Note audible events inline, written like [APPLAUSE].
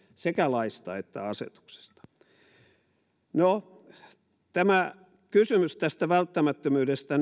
sekä ravintoloiden sulkemislaista että asetuksesta no tämä kysymys tästä välttämättömyydestä [UNINTELLIGIBLE]